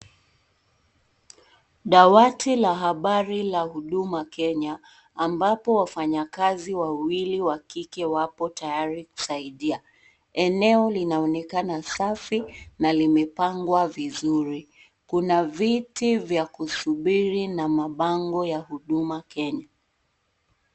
Dawati la habari la huduma Kenya ambapo wafanyikazi wawili wa kike wapo tayari kusaidia eneo linaonekana safi na kimepangwa vizuri. Kuna viti vya kusubiri na mabango ya huduma Kenya.